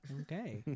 Okay